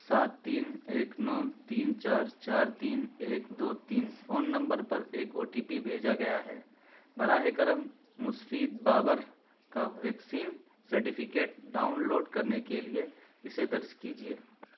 سات تین ایک نو تین چار چار تین ایک دو تین فون نمبر پر ایک او ٹی پی بھیجا گیا ہے براہ کرم مسفید بابر کا ویکسین سرٹیفکیٹ ڈاؤن لوڈ کرنے کے لیے اسے درج کیجیے